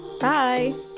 Bye